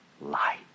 light